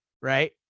right